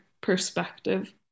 Perspective